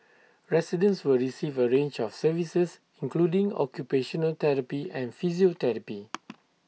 residents will receive A range of services including occupational therapy and physiotherapy